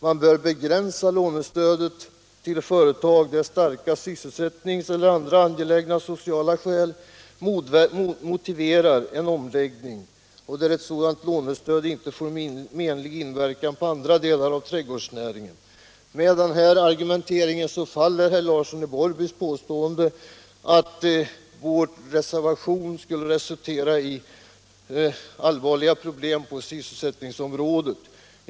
Man bör begränsa lånestödet till företag där starka sysselsättnings eller andra angelägna sociala skäl motiverar en omläggning hetsområde och där ett sådant lånestöd inte får menlig inverkan på andra delar av trädgårdsnäringen. Med den här argumenteringen faller herr Larssons i Borrby påstående att vår reservation skulle resultera i allvarliga problem på sysselsättningsområdet.